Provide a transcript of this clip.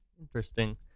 Interesting